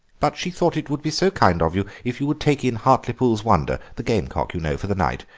but she thought it would be so kind of you if you would take in hartlepool's wonder, the gamecock, you know, for the night.